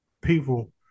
people